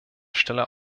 stelle